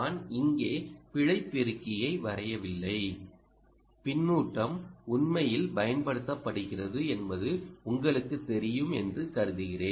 நான் இங்கே பிழை பெருக்கியை வரையவில்லை பின்னூட்டம் உண்மையில் பயன்படுத்தப்படுகிறது என்பது உங்களுக்குத் தெரியும் என்று கருதுகிறேன்